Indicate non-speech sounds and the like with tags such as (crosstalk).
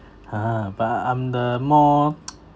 !huh! but I'm the more (noise)